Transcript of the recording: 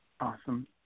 Awesome